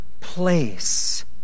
place